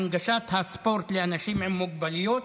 הנגשת הספורט לאנשים עם מוגבלויות,